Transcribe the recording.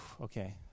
Okay